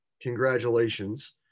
congratulations